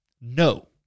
No